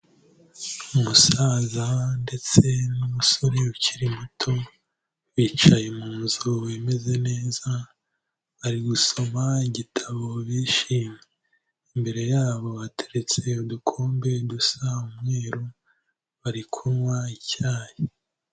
Umusaza ndetse n'umusore ukiri muto, bicaye mu nzu imeze neza bari gusoma igitabo bishimye. Imbere yabo hateretse udukombe dusa umweru bari kunywa icyayi.